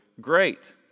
great